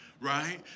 right